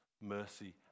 mercy